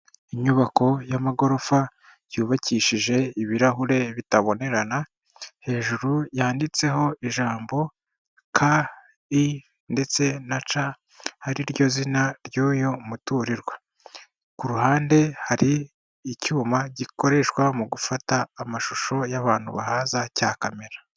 Inyubako y'amagorofa yubakishije ibirahure bitabonerana, hejuru yanditseho ijambo K I ndetse na C ari ryo zina ry'uyu muturirwa, ku ruhande hari icyuma gikoreshwa mu gufata amashusho y'abantu bahaza cya kamera.